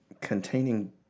containing